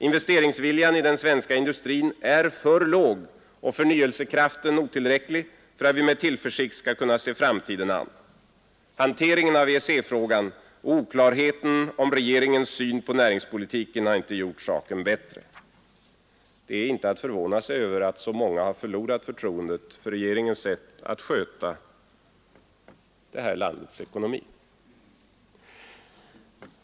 Investeringsviljan i den svenska industrin är för låg och förnyelsekraften otillräcklig för att vi med tillförsikt skall kunna se framtiden an. Hanteringen av EEC-frågan och oklarheten om regeringens syn på näringspolitiken har inte gjort saken bättre. Det är inte att förvåna sig över att så många har förlorat förtroendet för regeringens sätt att sköta det här landets ekonomi. 2.